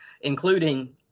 including –